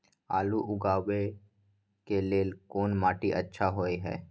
आलू उगाबै के लेल कोन माटी अच्छा होय है?